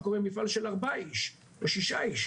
מה קורה עם מפעל של ארבעה או שישה אנשים?